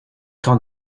tant